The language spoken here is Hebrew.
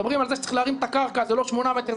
מדברים על כך שצריך להרים את הקרקע זה לא שמונה מטרים,